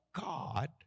God